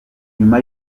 nyuma